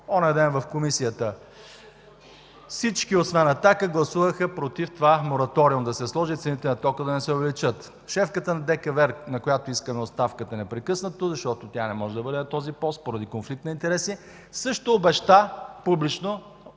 Онзи ден в Комисията всички, освен „Атака”, гласуваха против това – да се сложи мораториум, цените на тока да не се увеличат. Шефката на ДКВЕР, на която искаме оставката непрекъснато, защото тя не може да бъде на този пост поради конфликт на интереси, също обеща публично